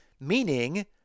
Meaning